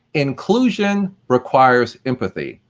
inclusion requires empathy.